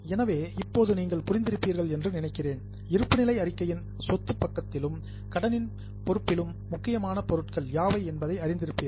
எனவே இப்போது நீங்கள் புரிந்திருப்பீர்கள் என்று நினைக்கிறேன் இருப்புநிலை அறிக்கையின் சொத்து பக்கத்திலும் கடனின் பொறுப்பிலும் முக்கியமான பொருட்கள் யாவை என்பதை அறிந்திருப்பீர்கள்